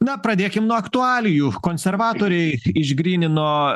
na pradėkim nuo aktualijų konservatoriai išgrynino